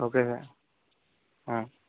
okay sir